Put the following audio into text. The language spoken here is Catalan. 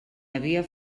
havia